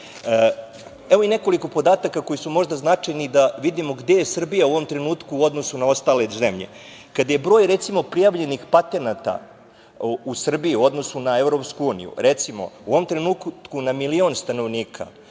i nekoliko podatak koji su možda značajni da vidimo gde je Srbija u ovom trenutku u odnosu na druge zemlje. Kada je broj prijavljenih patenata u Srbiji u odnosu na EU, recimo, u ovom trenutku na milion stanovnika,